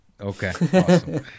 Okay